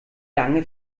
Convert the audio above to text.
lange